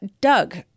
Doug